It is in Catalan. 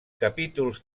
capítols